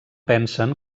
pensen